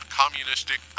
communistic